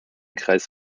kreis